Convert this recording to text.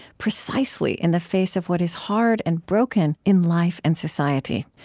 precisely in the face of what is hard and broken in life and society.